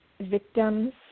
victims